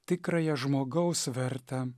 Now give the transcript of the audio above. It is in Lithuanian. tikrąją žmogaus vertę